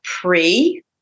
pre